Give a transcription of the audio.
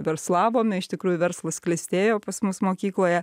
verslavome iš tikrųjų verslas klestėjo pas mus mokykloje